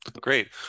great